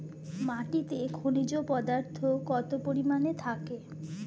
মাটিতে খনিজ পদার্থ কত পরিমাণে থাকে?